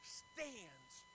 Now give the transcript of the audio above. stands